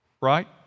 right